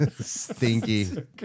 Stinky